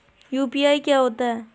UPI क्या होता है?